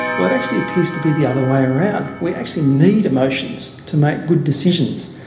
well it actually appears to be the other way around. we actually need emotions to make good decisions,